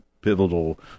pivotal